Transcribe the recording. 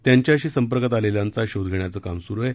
त्यांच्याशी संपर्कात आलेल्यांचा शोध घेण्याचं काम सुरु आहे